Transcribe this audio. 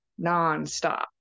nonstop